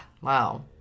Wow